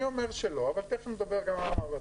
אני אומר שלא, אבל תיכף נדבר גם על המעבדות.